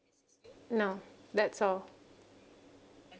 no that's all